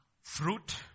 Fruit